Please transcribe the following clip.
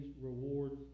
rewards